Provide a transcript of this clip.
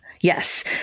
Yes